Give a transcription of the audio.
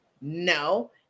No